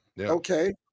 Okay